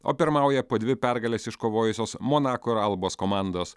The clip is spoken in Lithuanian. o pirmauja po dvi pergales iškovojusios monako ir albos komandos